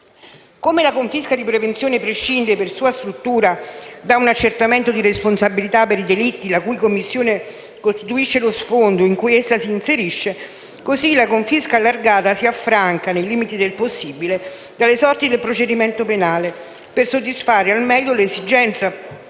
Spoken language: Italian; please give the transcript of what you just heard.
Come la confisca di prevenzione prescinde, per sua struttura, da un accertamento di responsabilità per i delitti la cui commissione costituisce lo sfondo in cui essa si inserisce, così la confisca allargata si affranca, nei limiti del possibile, dalle sorti del procedimento penale, per soddisfare al meglio l'esigenza,